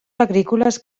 agrícoles